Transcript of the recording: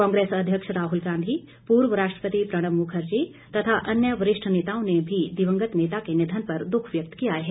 कांग्रेस अध्यक्ष राहुल गांधी पूर्व राष्ट्रपति प्रणब मुखर्जी तथा अन्य वरिष्ठ नेताओं ने भी दिवंगत नेता के निधन पर दुख व्यक्त किया है